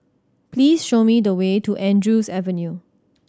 please show me the way to Andrews Avenue